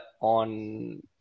on